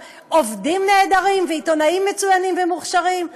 עובדים נהדרים ועיתונאים מצוינים ומוכשרים?